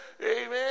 amen